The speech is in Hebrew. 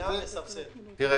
המדינה מסבסדת.